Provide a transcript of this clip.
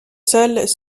seuls